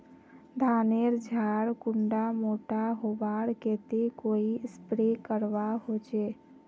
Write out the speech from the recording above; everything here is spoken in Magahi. धानेर झार कुंडा मोटा होबार केते कोई स्प्रे करवा होचए?